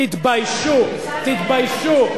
תתביישו, תתביישו.